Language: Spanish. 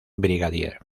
brigadier